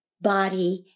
body